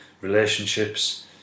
relationships